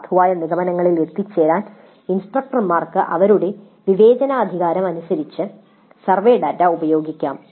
സാധുവായ നിഗമനങ്ങളിൽ എത്താൻ ഇൻസ്ട്രക്ടർമാർക്ക് അവരുടെ വിവേചനാധികാരം അനുസരിച്ച് സർവേ ഡാറ്റ ഉപയോഗിക്കാം